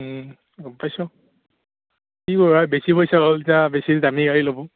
ও গম পাইছোঁ কি কৰিব আৰু বেছি পইচা হ'ল তাৰ বেছি দামী গাড়ী ল'ব